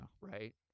Right